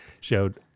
showed